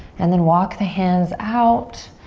and then walk the hands out.